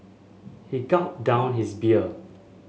he gulped down his beer